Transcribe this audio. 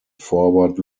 forward